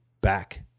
back